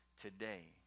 today